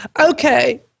Okay